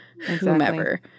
whomever